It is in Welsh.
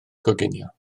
coginio